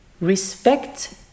Respect